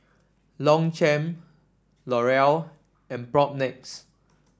Longchamp L'Oreal and Propnex